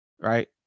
Right